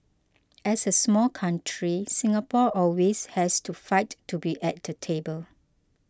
as a small country Singapore always has to fight to be at the table